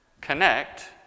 Connect